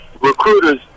recruiters